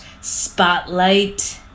spotlight